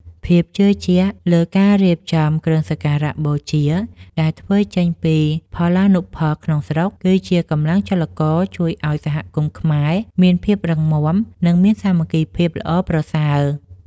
ភាពជឿជាក់លើការរៀបចំគ្រឿងសក្ការបូជាដែលធ្វើចេញពីផលានុផលក្នុងស្រុក គឺជាកម្លាំងចលករជួយឱ្យសហគមន៍ខ្មែរមានភាពរឹងមាំ និងមានសាមគ្គីភាពល្អប្រសើរ។